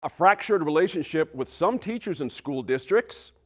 a fractured relationship with some teachers in school districts,